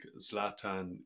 Zlatan